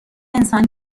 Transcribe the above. انسان